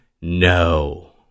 no